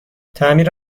تعمیر